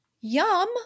Yum